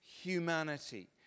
humanity